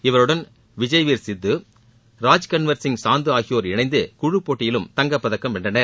இவருடன் விஜய்வீர் சித்து ராஜ்கன்வர் சிங் சாந்து ஆகியோர் இணைந்து குழுப் போட்டியிலும் தங்கப்பதக்கம் வென்றனர்